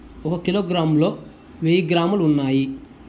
ఒక కిలోగ్రామ్ లో వెయ్యి గ్రాములు ఉన్నాయి